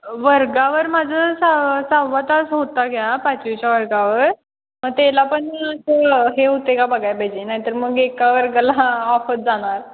वर्गावर माझं सा सहावा तास होता घ्या पाचवीच्या वर्गावर मग त्याला पण असं हे होते का बघायला पाहिजे नाहीतर मग एका वर्गाला ऑफच जाणार